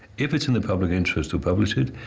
if it's in the public interest to publish it,